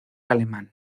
alemán